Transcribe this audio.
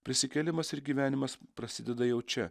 prisikėlimas ir gyvenimas prasideda jau čia